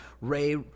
Ray